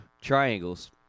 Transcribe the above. triangles